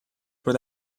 were